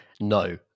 no